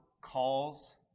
calls